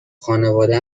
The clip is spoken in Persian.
خانواده